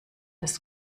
des